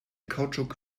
kautschuk